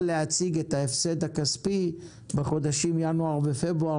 להציג את ההפסד הכספי בחודשים ינואר ופברואר,